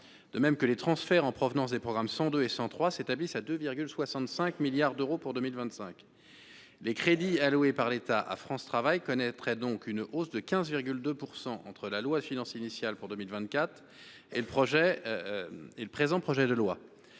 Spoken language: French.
de même que les transferts en provenance des programmes 102 et 103, qui s’établissent à 2,65 milliards d’euros pour 2025. Les crédits alloués par l’État à France Travail connaîtraient donc une hausse de 15,2 % entre la loi de finances initiale pour 2024 et le présent projet de loi.